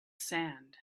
sand